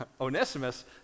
Onesimus